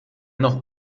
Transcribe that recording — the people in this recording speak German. noch